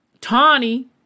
tawny